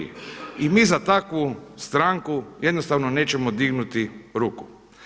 I mi za takvu stranku jednostavno nećemo dignuti ruku.